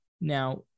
now